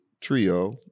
trio